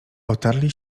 otarli